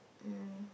um